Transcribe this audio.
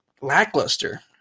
lackluster